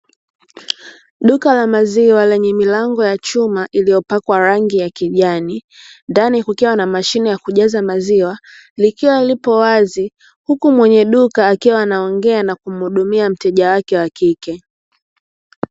Duka la maziwa lenye milango ya chuma iliyopakwa rangi ya kijani, ndani kukiwa na mashine na kujaza maziwa likiwa lipo wazi, huku mwenye duka akiwa anaongea na kumuhudumia mteja wake wa kike.